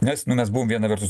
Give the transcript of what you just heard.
nes nu mes buvom viena vertus